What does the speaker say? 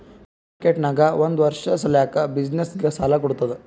ಮನಿ market ನಾಗ್ ಒಂದ್ ವರ್ಷ ಸಲ್ಯಾಕ್ ಬಿಸಿನ್ನೆಸ್ಗ ಸಾಲಾ ಕೊಡ್ತುದ್